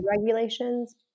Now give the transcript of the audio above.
regulations